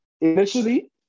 initially